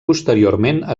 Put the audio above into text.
posteriorment